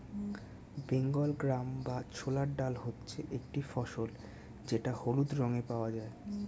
Bengal gram বা ছোলার ডাল হচ্ছে একটি ফসল যেটা হলুদ রঙে পাওয়া যায়